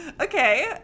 Okay